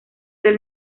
del